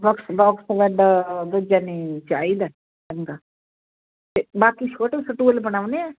box box bed ਵੀ ਯਾਨੀ ਚਾਹੀਦਾ ਚੰਗਾ ਅਤੇ ਬਾਕੀ ਛੋਟੇ ਸਟੂਲ ਬਣਾਉਂਦੇ ਆ